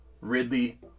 Ridley